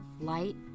light